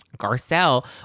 Garcelle